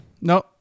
No